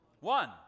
one